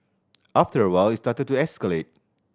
after a while it started to escalate